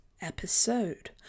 episode